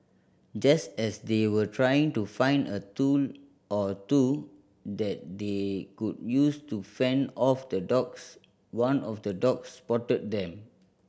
just as they were trying to find a tool or two that they could use to fend off the dogs one of the dogs spotted them